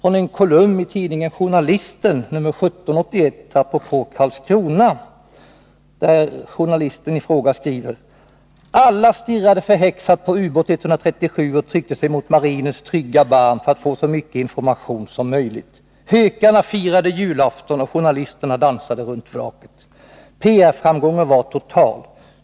I en kolumn i nr 17 år 1981 av tidningen Journalisten står det apropå händelsen utanför Karlskrona: ”Alla stirrade förhäxat på ubåt 137 och tryckte sig mot marinens trygga barm för att få så mycket information som möjligt. Hökarna firade julafton och journalisterna dansade runt vraket. PR-framgången var total.